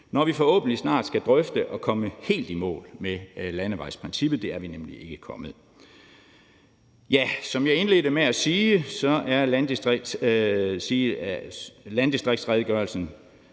når vi forhåbentlig snart skal drøfte og komme helt i mål med landevejsprincippet, for det er vi nemlig ikke kommet. Som jeg indledte med at sige, er landdistriktsredegørelsen,